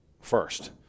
first